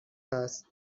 است